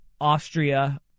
Austria